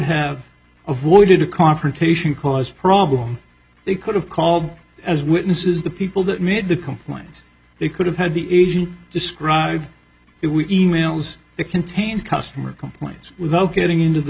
have avoided a confrontation clause problem they could have called as witnesses the people that made the complaints they could have had the agent describe it we emails that contained customer complaints with ok getting into the